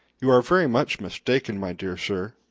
you are very much mistaken, my dear sir,